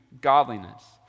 godliness